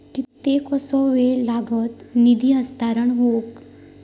कितकोसो वेळ लागत निधी हस्तांतरण हौक?